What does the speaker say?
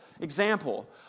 example